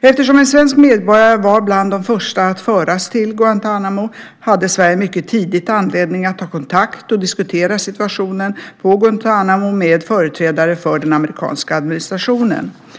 Eftersom en svensk medborgare var bland de första att föras till Guantánamo hade Sverige mycket tidigt anledning att ta kontakt och diskutera situationen på Guantánamo med företrädare för den amerikanska administrationen.